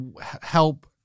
help